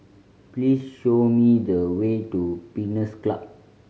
please show me the way to Pines Club